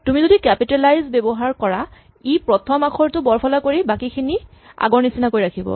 তুমি যদি কেপিটেলাইজ ব্যৱহাৰ কৰা ই প্ৰথম আখৰটো বৰফলা কৰি বাকীখিনি আগৰ নিচিনাকৈ ৰাখিব